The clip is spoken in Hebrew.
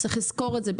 צריך לזכור את זה,